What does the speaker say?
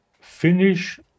finish